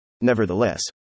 Nevertheless